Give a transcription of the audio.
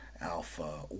Alpha